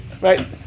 right